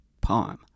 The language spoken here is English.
poem